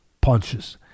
punches